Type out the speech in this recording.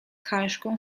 halszką